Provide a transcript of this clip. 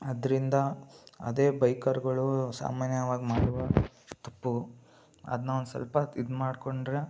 ಅದರಿಂದ ಅದೆ ಬೈಕರ್ಗಳು ಸಾಮಾನ್ಯವಾಗಿ ಮಾಡುವ ತಪ್ಪು ಅದು ನಾವು ಸ್ವಲ್ಪ ಇದು ಮಾಡಿಕೊಂಡ್ರೆ